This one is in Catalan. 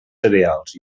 cereals